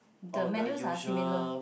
the menus are similar